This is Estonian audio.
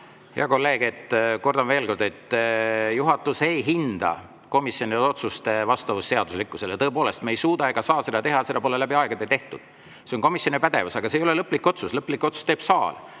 Hea kolleeg, kordan veel kord, et juhatus ei hinda komisjonide otsuste vastavust seadusele. Tõepoolest, me ei suuda ega saa seda teha, seda pole läbi aegade tehtud. See on komisjoni pädevus. Aga see ei ole lõplik otsus, lõpliku otsuse teeb saal.